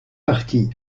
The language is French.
parti